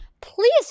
please